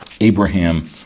Abraham